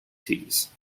teas